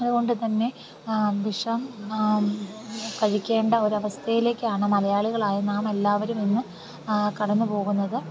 അതുകൊണ്ടു തന്നെ വിഷം കഴിക്കേണ്ട ഒരു അവസ്ഥയിലേക്കാണ് മലയാളികളായ നാം എല്ലാവം ഇന്ന് കടന്നു പോകുന്നത്